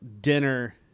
dinner